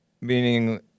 Meaning